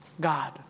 God